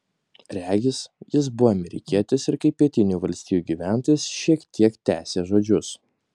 regis jis buvo amerikietis ir kaip pietinių valstijų gyventojas šiek tiek tęsė žodžius